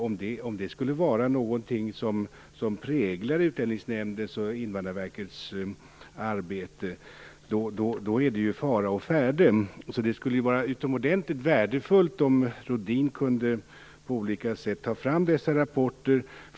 Om det skulle vara något som präglar Utlänningsnämndens och Invandrarverkets arbete är det ju fara å färde. Det skulle vara utomordentligt värdefullt om Rohdin på olika sätt kunde ta fram dessa rapporter.